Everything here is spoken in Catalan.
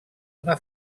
una